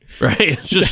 Right